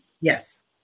Yes